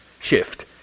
shift